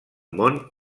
món